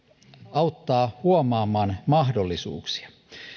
auttaa huomaamaan mahdollisuuksia